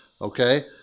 okay